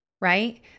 right